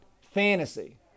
fantasy